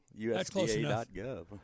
usda.gov